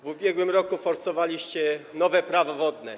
W ubiegłym roku forsowaliście nowe Prawo wodne.